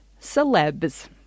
Celebs